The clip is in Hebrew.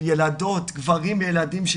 ילדות גברים וילדים.